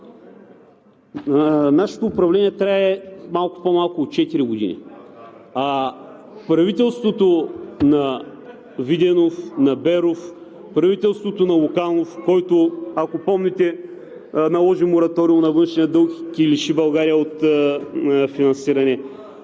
Нашето управление трае малко по-малко от четири години. А правителството на Виденов, на Беров, правителството на Луканов, който, ако помните, наложи мораториум на външния дълг и лиши България от финансиране.